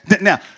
now